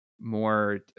more